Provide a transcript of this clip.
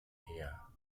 her